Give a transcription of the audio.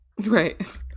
right